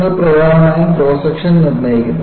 നിങ്ങൾ പ്രധാനമായും cross section നിർണ്ണയിക്കുന്നു